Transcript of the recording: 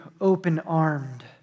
open-armed